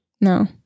no